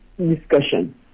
discussion